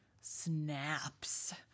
snaps